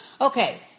Okay